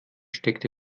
steckte